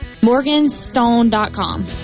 Morganstone.com